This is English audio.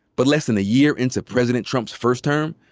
but less than a year into president trump's first term,